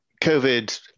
COVID